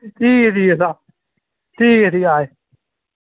ठीक ऐ ठीक ऐ तां ठीक ऐ ठीक ऐ आये